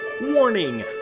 Warning